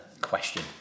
question